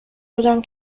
بودم